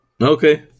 Okay